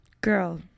girl